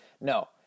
No